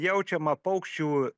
jaučiama paukščių